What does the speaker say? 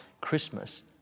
Christmas